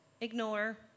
ignore